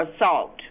assault